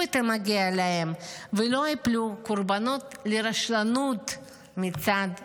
את המגיע להם ולא ייפלו קורבן לרשלנות מצד המדינה.